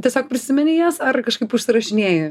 tiesiog prisimeni jas ar kažkaip užsirašinėji